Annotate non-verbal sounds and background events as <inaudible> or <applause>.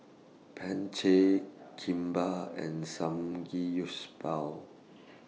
<noise> Kimbap and Samgeyopsal